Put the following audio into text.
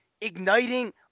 igniting